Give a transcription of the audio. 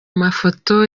mafoto